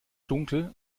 dunkel